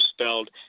spelled